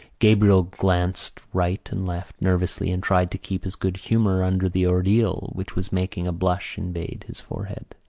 gabriel glanced right and left nervously and tried to keep his good humour under the ordeal which was making a blush invade his forehead.